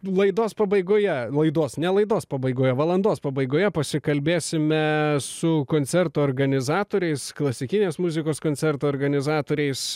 laidos pabaigoje laidos ne laidos pabaigoje valandos pabaigoje pasikalbėsime su koncerto organizatoriais klasikinės muzikos koncerto organizatoriais